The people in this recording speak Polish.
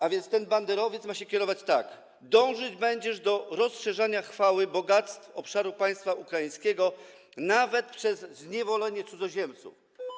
A więc banderowiec ma się kierować takim wskazaniem: Dążyć będziesz do rozszerzania chwały, bogactw obszaru państwa ukraińskiego nawet przez zniewolenie cudzoziemców.